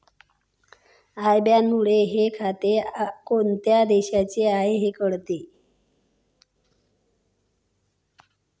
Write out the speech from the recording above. I बॅनमुळे हे खाते कोणत्या देशाचे आहे हे कळते